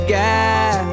guy